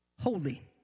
holy